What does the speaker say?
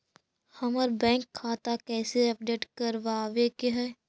हमर बैंक खाता कैसे अपडेट करबाबे के है?